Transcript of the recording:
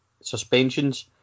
Suspensions